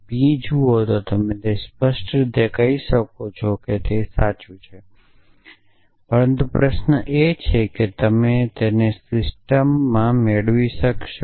P જુઓ તો તમે સ્પષ્ટ રીતે કહી શકો કે તે સાચું છે પરંતુ પ્રશ્ન એ છે કે શું તમે તેને સિસ્ટમમાં મેળવી શકો છો